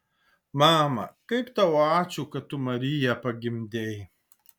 mama kaip tau ačiū kad tu mariją pagimdei